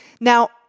Now